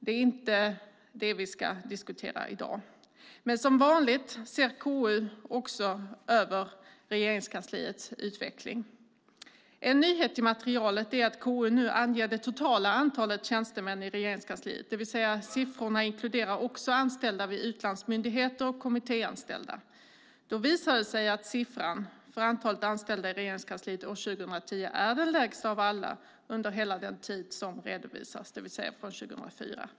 Det är inte det vi ska diskutera i dag, men som vanligt ser KU även över Regeringskansliets utveckling. En nyhet i materialet är att KU nu anger det totala antalet tjänstemän i Regeringskansliet, det vill säga att siffrorna också inkluderar anställda vid utlandsmyndigheter samt kommittéanställda. Det visar sig att siffran för antalet anställda i Regeringskansliet år 2010 är den lägsta av alla under hela den tid som redovisas, det vill säga från 2004.